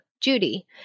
Judy